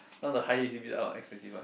not the higher h_d_b out expensive one